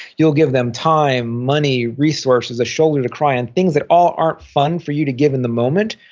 you'll give them time, money, resources, a shoulder to cry on, things that all aren't fun for you to give in the moment,